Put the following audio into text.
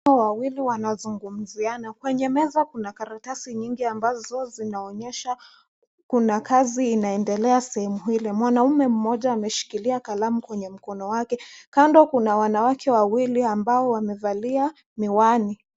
Wawili wanazungumziana. Kwenye meza kuna karatasi nyingi ambazo zinaonyesha kuna kazi inayoendelea sehemu hili. Mwanamme mmoja ameshikilia kalamu kwenye mkono wake. Kando kuna wanawake Wawili ambao wamevalia miwani.